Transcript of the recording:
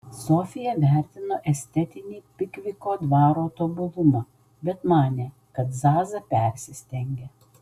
sofija vertino estetinį pikviko dvaro tobulumą bet manė kad zaza persistengia